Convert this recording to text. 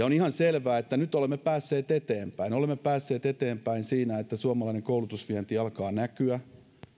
on ihan selvää että nyt olemme päässeet eteenpäin olemme päässeet eteenpäin siinä että suomalainen koulutusvienti alkaa näkyä